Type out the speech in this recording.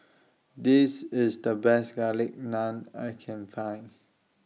This IS The Best Garlic Naan I Can Find